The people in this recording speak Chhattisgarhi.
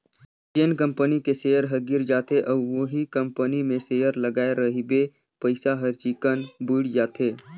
जेन कंपनी के सेयर ह गिर जाथे अउ उहीं कंपनी मे सेयर लगाय रहिबे पइसा हर चिक्कन बुइड़ जाथे